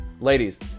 Ladies